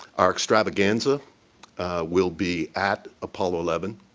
our extravaganza will be at apollo eleven.